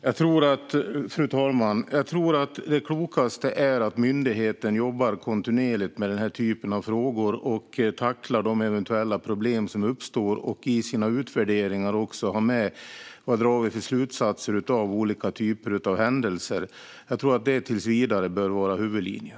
Fru talman! Jag tror att det klokaste är att myndigheten jobbar kontinuerligt med denna typ av frågor, tacklar de eventuella problem som uppstår och i sina utvärderingar tar med vilka slutsatser den drar av olika typer av händelser. Jag tror att detta tills vidare bör vara huvudlinjen.